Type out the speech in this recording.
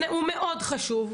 הוא מאוד חשוב,